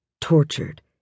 tortured